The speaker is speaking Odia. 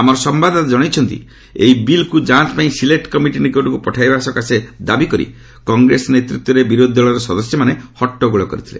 ଆମର ସମ୍ଭାଦଦାତା ଜଣାଇଛନ୍ତି ଯେ ଏହି ବିଲ୍କୁ ଯାଞ୍ଚ ପାଇଁ ଚୟନ କମିଟି ନିକଟକୁ ପଠାଇବା ପାଇଁ ଦାବି କରି କଂଗ୍ରେସ ନେତୃତ୍ୱରେ ବିରୋଧି ଦଳର ସଦସ୍ୟମାନେ ହଟ୍ଟଗୋଳ କରିଥିଲେ